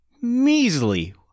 measly